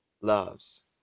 loves